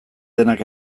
denak